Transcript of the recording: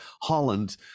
Holland